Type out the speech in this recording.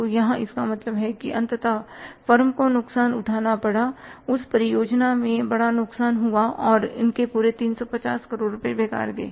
तो यहां इसका मतलब है कि अंततः फर्म को नुकसान उठाना पड़ा उस परियोजना में बड़ा नुकसान हुआ और उनके पूरे 350 करोड़ रुपए बेकार गए